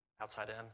Outside-in